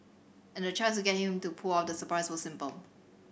and the choice to get him to pull off the surprise was simple